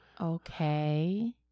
Okay